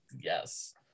Yes